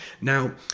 Now